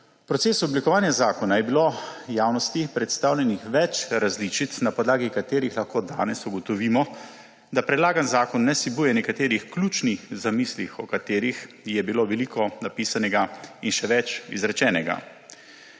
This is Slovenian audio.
procesu oblikovanja zakona je bilo v javnosti predstavljenih več različic, na podlagi katerih lahko danes ugotovimo, da predlagani zakon ne vsebuje nekaterih ključnih zamislih, o katerih je bilo veliko napisanega in še več izrečenega.